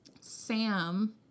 Sam